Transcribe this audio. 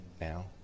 now